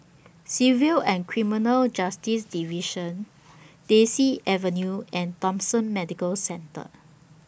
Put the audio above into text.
Civil and Criminal Justice Division Daisy Avenue and Thomson Medical Centre